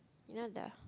you know that